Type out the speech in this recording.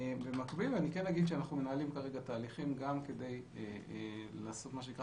במקביל אגיד שאנחנו מנהלים כרגע תהליכים גם כדי לעשות מה שנקרא